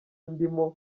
ndimo